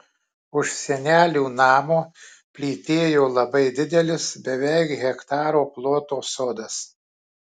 už senelių namo plytėjo labai didelis beveik hektaro ploto sodas